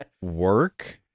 work